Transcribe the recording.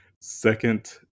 Second